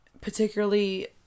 particularly